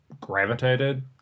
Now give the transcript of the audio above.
gravitated